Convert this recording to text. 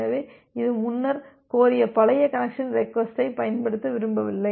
எனவே இது முன்னர் கோரிய பழைய கனெக்சன் ரெக்வஸ்ட்டைப் பயன்படுத்த விரும்பவில்லை